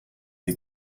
dei